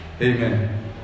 Amen